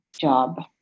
job